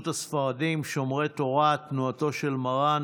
מאת חבר הכנסת שלמה קרעי,